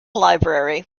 library